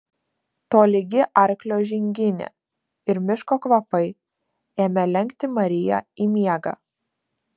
tolygi arklio žinginė ir miško kvapai ėmė lenkti mariją į miegą